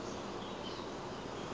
that's it the day is finished